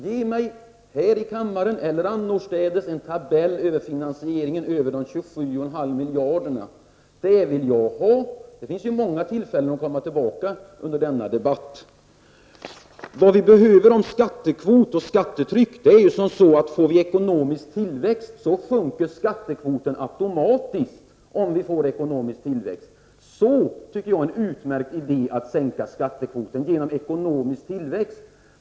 Ge mig här i kammaren eller annorstädes en tabell över finansieringen av de 27,5 miljarderna! En sådan vill jag ha, och det finns ju många tillfällen att komma tillbaka under debatten. När det gäller skattekvot och skattetryck är det så, att om vi får ekonomisk tillväxt sjunker skattekvoten automatiskt. Ett utmärkt sätt att sänka skattekvoten är därför att skapa ekonomisk tillväxt.